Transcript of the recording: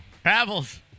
travels